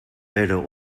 werden